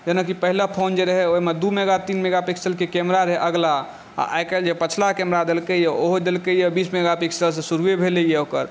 जेनाकि पहिले फोन जे रहै ओहिमे दू मेगा तीन मेगा पिक्सलके कैमरा रहै अगिला आ आई काल्हि जे पछिला कैमरा देलकैया ओहो देलकैया बीस मेगा पिक्सल सँ शुरुए भेलैयाओकर